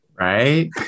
right